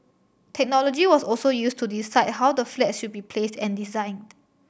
technology was also used to decide how the flats should be placed and designed